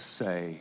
say